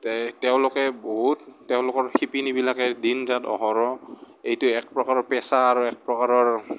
তে তেওঁলোকে বহুত তেওঁলোকৰ শিপিনীবিলাকে দিন ৰাত অহৰহ এইটো এক প্ৰকাৰৰ পেচা আৰু এক প্ৰকাৰৰ